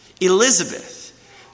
Elizabeth